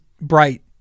bright